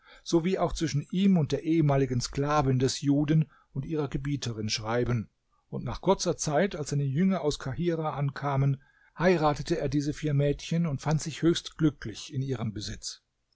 sowie auch zwischen ihm und der ehemaligen sklavin des juden und ihrer gebieterin schreiben und nach kurzer zeit als seine jünger aus kahirah ankamen heiratete er diese vier mädchen und fand sich höchst glücklich in ihrem besitz